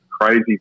crazy